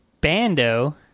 Bando